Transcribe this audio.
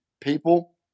people